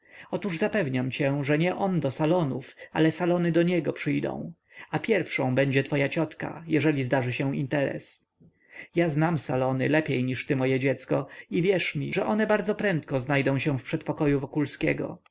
otóż zapewniam cię że nie on do salonów ale salony do niego przyjdą a pierwszą będzie twoja ciotka jeżeli zdarzy się interes ja znam salony lepiej niż ty moje dziecko i wierz mi że one bardzo prędko znajdą się w przedpokoju wokulskiego